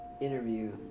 interview